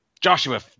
Joshua